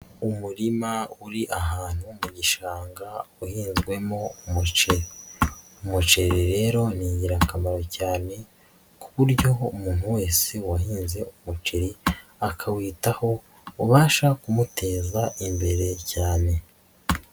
Umurima uri ahantu ho mu gishanga uhizwemo umuceri, umuceri rero ni ingirakamaro cyane ku buryo umuntu wese wahinze umuceri akawitaho ubasha kumuteza imbere cyane.